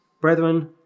brethren